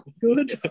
good